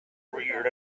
reared